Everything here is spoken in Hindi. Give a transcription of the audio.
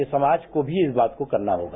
ये समाज को भी इस बात को करना होगा